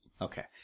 Okay